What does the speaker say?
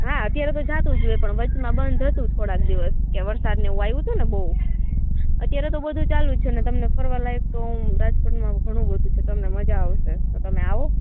હા અત્યારે તો જતું હોય પણ વચમાં બંધ હતું થોડાક દિવસ કે વરસાદને એવું આવ્યું હતું બહુ અત્યારે તો બધું ચાલુ જ છે ને તમને ફરવાલાયક તો હું રાજકોટમાં ઘણું બધું છે તમને મજા આવશે તો તમે આવો